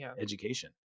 education